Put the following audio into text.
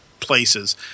places